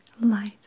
light